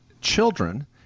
children